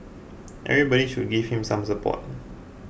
everybody should just give him some support